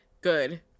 Good